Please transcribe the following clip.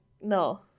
no